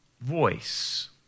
voice